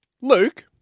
Luke